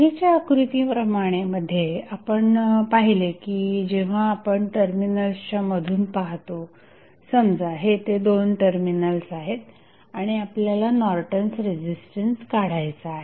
आधीच्या आकृतीमध्ये आपण पाहिले की जेव्हा आपण टर्मिनलच्या मधून पाहतो समजा हे ते दोन टर्मिनल्स आहेत आणि आपल्याला नॉर्टन्स रेझिस्टन्स काढायचा आहे